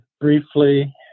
briefly